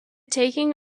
taking